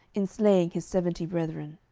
in slaying his seventy brethren